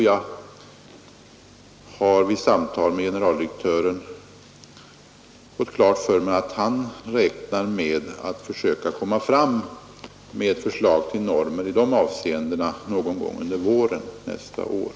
Jag har vid samtal med generaldirektören fått klart för mig att han räknar Om åtgärder för att med att kunna få fram ett förslag till normer i de avseendena någon gång förhindra av SJ under våren nästa år.